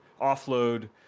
offload